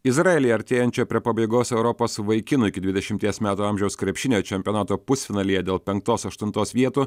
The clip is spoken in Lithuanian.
izraelyje artėjančią prie pabaigos europos vaikinų iki dvidešimies metų amžiaus krepšinio čempionato pusfinalyje dėl penktos aštuntos vietų